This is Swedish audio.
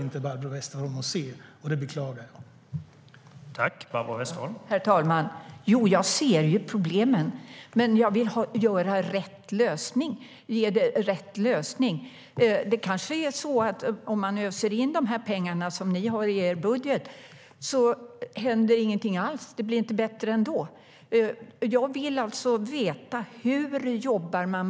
Det beklagar jag.